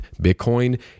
Bitcoin